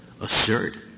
assert